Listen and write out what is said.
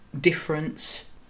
difference